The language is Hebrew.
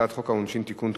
העונשין (תיקון,